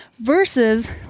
versus